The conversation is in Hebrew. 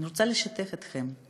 אני רוצה לשתף אתכם: